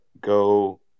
go